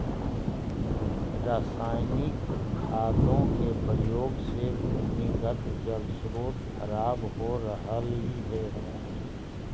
रसायनिक खादों के प्रयोग से भूमिगत जल स्रोत खराब हो रहलइ हे